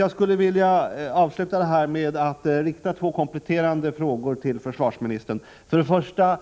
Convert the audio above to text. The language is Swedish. Jag skulle avslutningsvis vilja rikta två kompletterande frågor till försvarsministern. För det första: